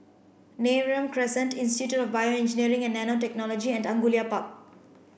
Neram Crescent Institute of BioEngineering and Nanotechnology and Angullia Park